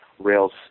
Rails